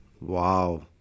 Wow